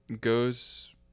goes